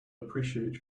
appreciate